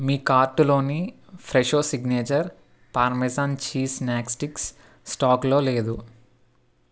మీ కార్టులోని Fresho signature parmesan cheese snack sticks స్టాక్లో లేదు